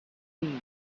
feet